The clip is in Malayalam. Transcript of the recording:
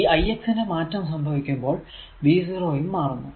ഈ ix നു മാറ്റം സംഭവിക്കുമ്പോൾ Vo യും മാറുന്നു